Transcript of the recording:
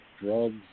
drugs